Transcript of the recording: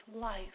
life